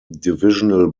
divisional